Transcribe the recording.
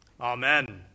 Amen